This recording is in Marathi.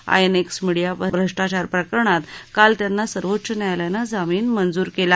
आयएनएक्स मिडिया भ्रष्टाचार प्रकरणात काल त्यांना सर्वोच्च न्यायालयानं जामीन मंजूर केला